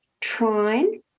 Trine